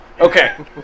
Okay